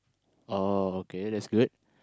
oh okay that's good